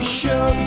show